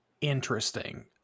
interesting